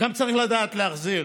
צריך גם לדעת להחזיר.